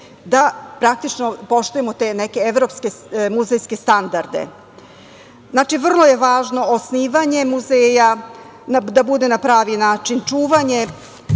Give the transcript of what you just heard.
i da poštujemo te neke evropske muzejske standarde. Znači, vrlo je važno osnivanje muzeja, da bude na pravi način čuvanje,